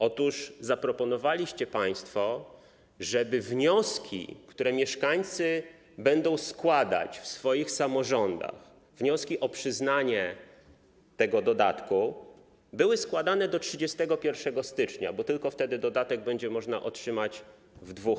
Otóż zaproponowaliście państwo, żeby wnioski, które mieszkańcy będą składać w swoich samorządach, wnioski o przyznanie tego dodatku były składane do 31 stycznia, bo tylko wtedy dodatek będzie można otrzymać w dwóch